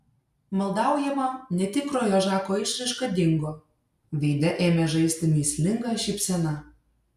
maldaujama netikrojo žako išraiška dingo veide ėmė žaisti mįslinga šypsena